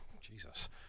Jesus